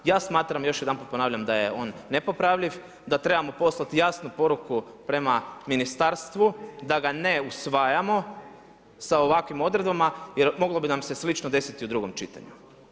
Ja smatram, još jedanput ponavljam, da je on nepopravljiv, da trebamo poslati jasnu poruku prema ministarstvu da ga ne usvajamo sa ovakvim odredbama, jer moglo bi nam se slično desiti i u drugom čitanju.